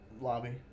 lobby